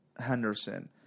Henderson